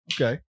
Okay